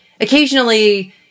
occasionally